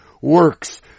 works